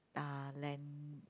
uh land